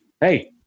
hey